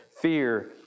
fear